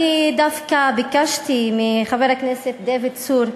אני דווקא ביקשתי מחבר הכנסת דוד צור,